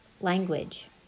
language